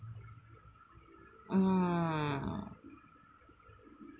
mm